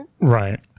Right